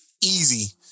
Easy